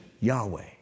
Yahweh